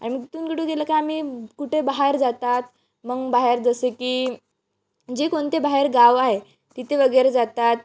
आणि तिथून कुठून दिलं की आम्ही कुठे बाहेर जातात मग बाहेर जसं की जे कोणते बाहेर गाव आहे तिथे वगैरे जातात